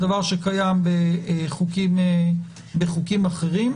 דבר שקיים בחוקים אחרים.